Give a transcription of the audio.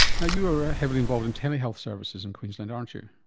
yeah you're ah heavily involved in telehealth services in queensland, aren't you.